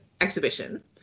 exhibition